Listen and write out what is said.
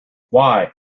why